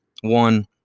one